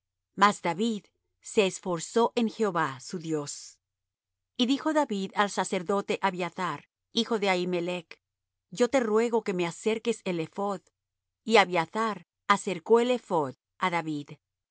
mas david se esforzó en jehová su dios y dijo david al sacerdote abiathar hijo de ahimelech yo te ruego que me acerques el ephod y abiathar acercó el ephod á david